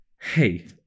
Hey